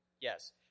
Yes